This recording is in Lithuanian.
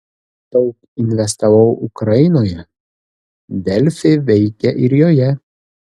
daug investavau ukrainoje delfi veikia ir joje